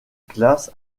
classe